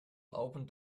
opened